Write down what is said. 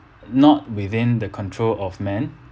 not within the control of man